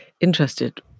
interested